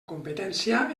competència